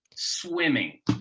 swimming